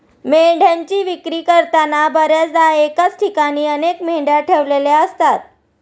मेंढ्यांची विक्री करताना बर्याचदा एकाच ठिकाणी अनेक मेंढ्या ठेवलेल्या असतात